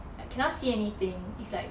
like cannot see anything it's like